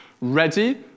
ready